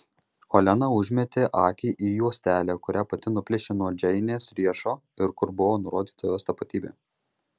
olena užmetė akį į juostelę kurią pati nuplėšė nuo džeinės riešo ir kur buvo nurodyta jos tapatybė